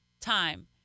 time